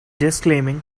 disclaiming